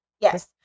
Yes